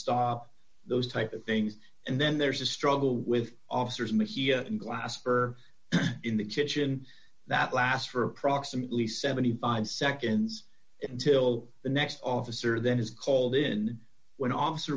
stop those type of things and then there's a struggle with officers may he glasper in the kitchen that lasts for approximately seventy five seconds until the next officer then is called in when officer